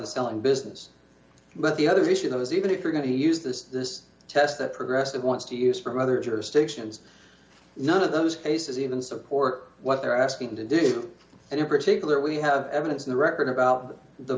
the selling business but the other issue though is even if you're going to use this this test that progressive wants to use from other jurisdictions none of those cases even support what they're asking to do and in particular we have evidence in the record about the